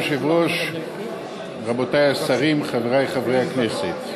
אדוני היושב-ראש, רבותי השרים, חברי חברי הכנסת,